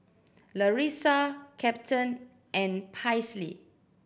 Larissa Captain and Paisley